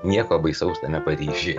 nieko baisaus tame paryžiuje